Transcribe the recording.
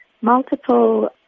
multiple